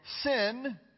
sin